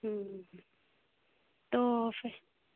ہوں تو